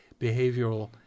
behavioral